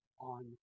on